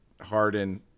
Harden